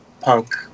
punk